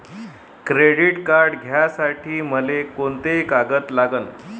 Credit card घ्यासाठी मले कोंते कागद लागन?